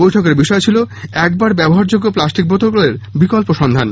বৈঠকের বিষয় ছিলো একবার ব্যবহার যোগ্য প্লাস্টিক বোতলের বিকল্প সন্ধান